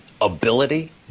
ability